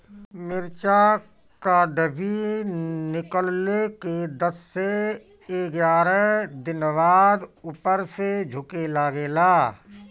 मिरचा क डिभी निकलले के दस से एग्यारह दिन बाद उपर से झुके लागेला?